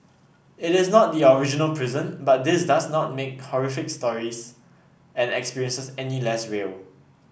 it is not the original prison but this does not make horrific stories and experiences any less real